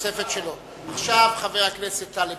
עכשיו חבר הכנסת טלב